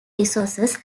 resources